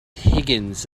higgins